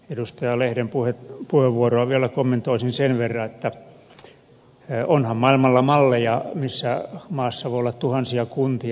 edustaja lehden puheenvuoroa vielä kommentoisin sen verran että onhan maailmalla malleja missä maassa voi olla tuhansia kuntia